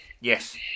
yes